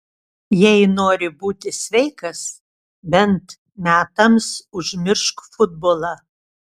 jei nori būti sveikas bent metams užmiršk futbolą